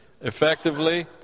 effectively